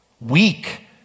weak